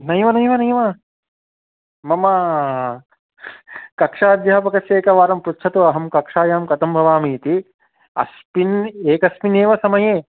नैव नैव नैव मम कक्ष्याध्यापकस्य एकवारं पृच्छतु अहं कक्ष्यायां कतं भवामि इति अस्मिन् एकस्मिन्नेव समये